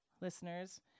listeners